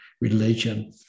religion